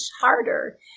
harder